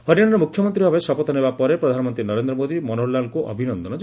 ହରିୟାଶାର ମୁଖ୍ୟମନ୍ତ୍ରୀ ଭାବେ ଶପଥ ନେବା ପରେ ପ୍ରଧାନମନ୍ତ୍ରୀ ନରେନ୍ଦ୍ର ମୋଦି ମନୋହରଲାଲ୍ଙ୍କୁ ଅଭିନନ୍ଦନ ଜଣାଇଛନ୍ତି